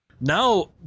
now